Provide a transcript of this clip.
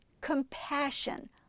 compassion